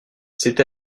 c’est